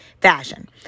fashion